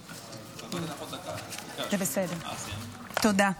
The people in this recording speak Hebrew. זה בסדר, תודה.